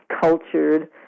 cultured